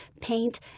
paint